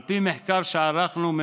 על פי מחקר שערכנו,